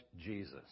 Jesus